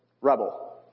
Rebel